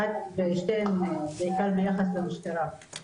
אחת בעיקר ביחס למשטרה.